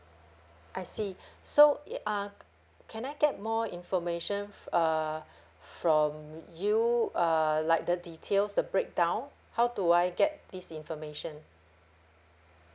I see so e~ uh can I get more information uh from you uh like the details the breakdown how do I get this information